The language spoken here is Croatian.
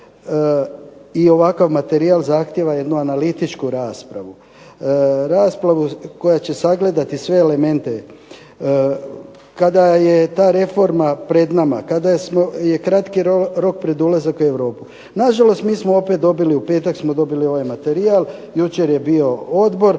i ovakav materijal zahtjeva jednu analitičku raspravu, raspravu koja će sagledati sve elemente. Kada je ta reforma pred nama, kada je kratki rok pred ulazak u Europu, na žalost mi smo u petak dobili ovaj materijal, jučer je bio Odbor,